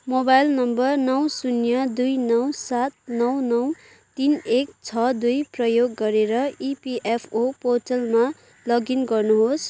mobile number नौ शून्य दुई नौ सात नौ नौ तिन एक छ दुई प्रयोग गरेर इपिएफओ पोर्टलमा लगइन गर्नुहोस्